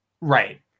Right